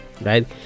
right